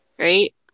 Right